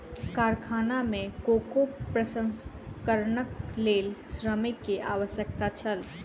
कारखाना में कोको प्रसंस्करणक लेल श्रमिक के आवश्यकता छल